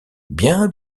bien